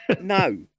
no